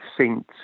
saints